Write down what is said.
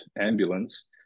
ambulance